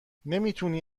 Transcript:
نمیتوانی